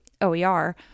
OER